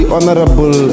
Honorable